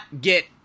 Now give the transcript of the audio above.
get